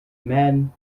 man